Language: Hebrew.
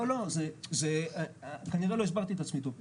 לא, כנראה לא הסברתי את עצמי טוב.